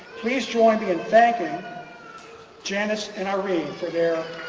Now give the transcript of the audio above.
please join me in thanking janice and irene for their